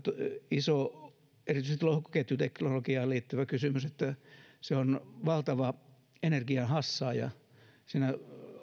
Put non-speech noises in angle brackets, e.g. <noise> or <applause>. iso erityisesti lohkoketjuteknologiaan liittyvä kysymys että <unintelligible> se on valtava energian hassaaja siinä